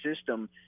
system